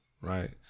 right